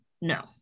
No